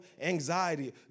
anxiety